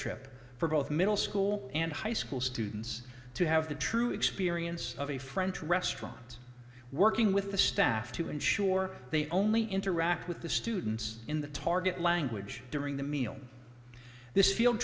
trip for both middle school and high school students to have the true experience of a french restaurant working with the staff to ensure they only interact with the students in the target language during the meal this field